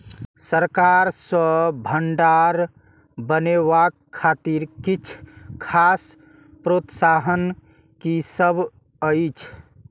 सरकार सँ भण्डार बनेवाक खातिर किछ खास प्रोत्साहन कि सब अइछ?